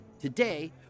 today